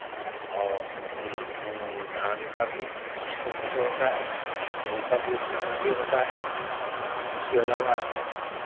और धान का भी उसी तरीके से होता है गोहूँ का भी उसी तरीके होता है उसके अलावा